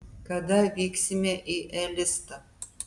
kada vyksime į elistą